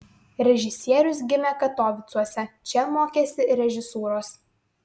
režisierius gimė katovicuose čia mokėsi režisūros